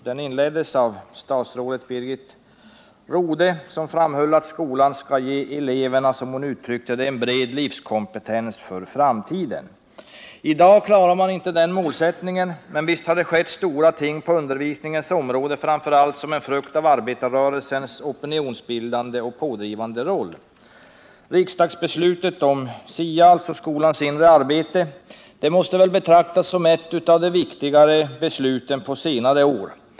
Den inleddes av statsrådet Birgit Rodhe, som framhöll att skolan skall ge eleverna en, som hon uttryckte det, bred livskompetens för framtiden. I dag klarar man inte denna målsättning, men visst har det skett stora ting på undervisningens område, framför allt som en frukt av arbetarrörelsens opinionsbildande och pådrivande roll. Riksdagsbeslutet om SIA, skolans inre arbete, måste betraktas som ett av de viktigare besluten på senare år.